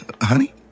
Honey